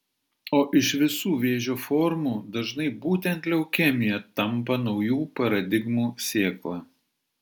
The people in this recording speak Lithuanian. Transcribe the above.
o iš visų vėžio formų dažnai būtent leukemija tampa naujų paradigmų sėkla